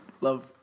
love